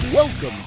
Welcome